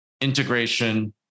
integration